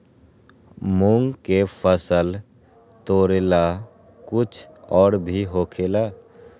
मूंग के फसल तोरेला कुछ और भी होखेला?